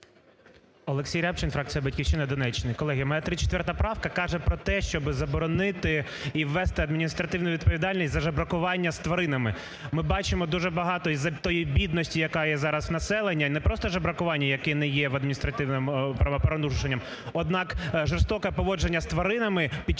Олексій Рябчин фракція "Батьківщина" Донеччина. Колеги, в мене 34 каже про те, щоб заборонити і ввести адміністративну відповідальність за жебракування з тваринами. Ми бачимо дуже багато із-за тої бідності, яка є зараз в населення, непросто жебракування, яке не є адміністративним правопорушенням, однак жорстоке поводження з тваринами під